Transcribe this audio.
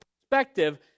perspective